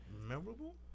memorable